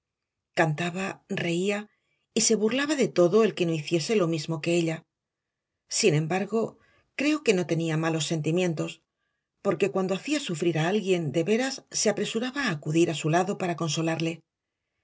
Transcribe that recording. cantaba reía y se burlaba de todo el que no hiciese lo mismo que ella sin embargo creo que no tenía malos sentimientos porque cuando hacía sufrir a alguien de veras se apresuraba a acudir a su lado para consolarle